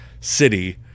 city